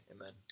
amen